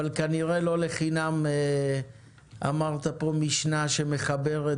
אבל כנראה לא לחינם אמרת פה משנה שמחברת